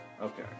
Okay